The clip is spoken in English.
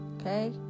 Okay